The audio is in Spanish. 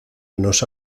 nos